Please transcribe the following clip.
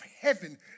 heaven